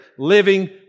living